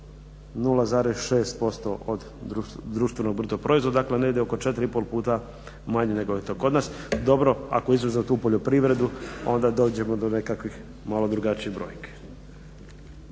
0,6% od društvenog bruto proizvoda. Dakle, negdje oko 4 i pol puta manje nego je to kod nas. Dobro ako izuzev tu poljoprivredu, onda dođemo do nekakvim malo drugačijih brojki.